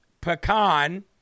pecan